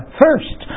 first